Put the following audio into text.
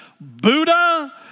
Buddha